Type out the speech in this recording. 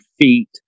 feet